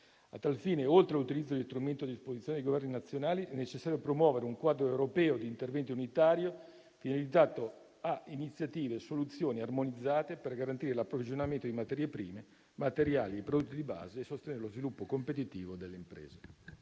A tal fine, oltre all'utilizzo degli strumenti a disposizione dei Governi nazionali, è necessario promuovere un quadro europeo di interventi unitario, finalizzato a iniziative e soluzioni armonizzate, per garantire l'approvvigionamento di materie prime, materiali e prodotti di base e sostenere lo sviluppo competitivo delle imprese.